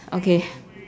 okay